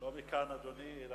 לא מכאן, אדוני.